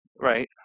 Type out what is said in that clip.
Right